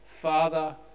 Father